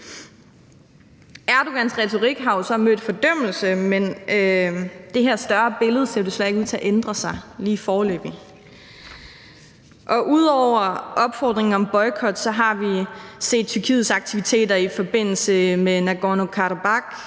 Erdogans retorik har så mødt fordømmelse, men det her større billede ser desværre ikke lige foreløbig ud til at ændre sig. Ud over opfordringen til boykot har vi set Tyrkiets aktiviteter i forbindelse med Nagorno-Karabakh-konflikten,